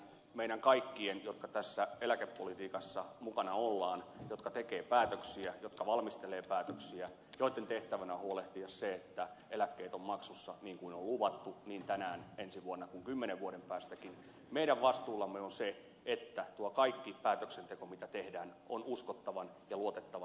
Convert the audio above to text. meidän kaikkien jotka tässä eläkepolitiikassa mukana olemme me jotka teemme päätöksiä valmistelemme päätöksiä ja joiden tehtävänä on huolehtia siitä että eläkkeet ovat maksussa niin kuin on luvattu niin tänään ensi vuonna kuin kymmenen vuoden päästäkin vastuulla on se että tuo kaikki päätöksenteko mitä tehdään on uskottavan ja luotettavan eläkepolitiikan mukaista